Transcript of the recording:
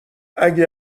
اگه